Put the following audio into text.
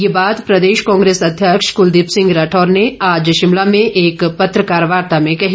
ये बात प्रदेश कांग्रेस अध्यक्ष कलदीप सिंह राठौर ने आज शिमला में एक पत्रकार वार्ता में कही